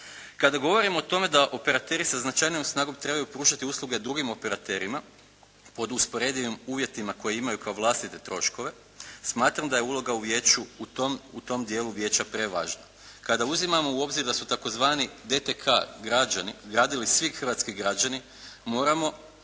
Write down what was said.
Kada govorim o tome da operateri sa značajnijom snagom trebaju pružati usluge drugim operaterima pod usporedivim uvjetima koje imaju kao vlastite troškove smatram da je uloga u vijeću u tom dijelu vijeća prevažna. Kada uzimamo u obzir da su tzv. DTK gradili svi hrvatski građani moramo